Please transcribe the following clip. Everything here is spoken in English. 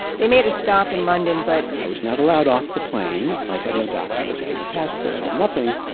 they made a stop in london, but, i was not allowed off the plane i had no documents, i had no passport, i had nothing,